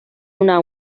una